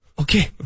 Okay